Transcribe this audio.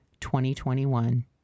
2021